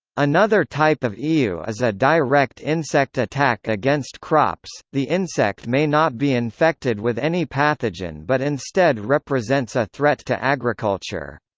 another type of ew is a direct insect attack against crops the insect may not be infected with any pathogen but instead represents a threat to agriculture.